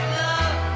love